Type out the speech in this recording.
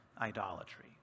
idolatry